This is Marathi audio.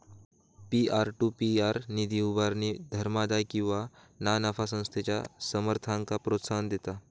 पीअर टू पीअर निधी उभारणी धर्मादाय किंवा ना नफा संस्थेच्या समर्थकांक प्रोत्साहन देता